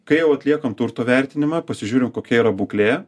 kai jau atliekam turto vertinimą pasižiūrim kokia yra būklė